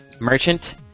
merchant